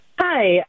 Hi